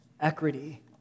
equity